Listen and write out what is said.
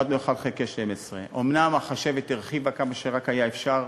עבדנו לפי 1 חלקי 12. אומנם החשבת הרחיבה כמה שרק היה אפשר,